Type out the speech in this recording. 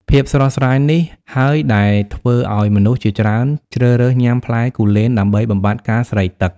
ភាពស្រស់ស្រាយនេះហើយដែលធ្វើឲ្យមនុស្សជាច្រើនជ្រើសរើសញ៉ាំផ្លែគូលែនដើម្បីបំបាត់ការស្រេកទឹក។